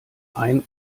ein